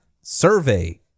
Survey